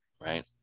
right